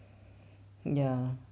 ya